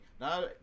Now